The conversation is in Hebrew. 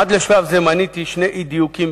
עד לשלב זה מניתי שני אי-דיוקים,